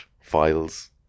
files